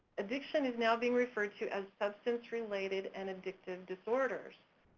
addiction is now being referred to as substance-related and addictive disorders,